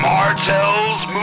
Martell's